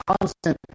constant